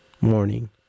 morning